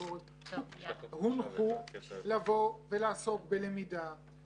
הביטחונית אבל גם של שתי חטיבות נוספות שאמורות לעבור את תהליך החיסיון.